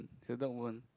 it's a dog bone